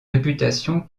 réputation